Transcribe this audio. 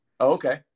Okay